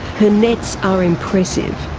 her nets are impressive.